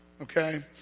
okay